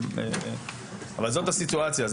זו הסיטואציה.